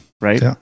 Right